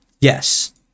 Yes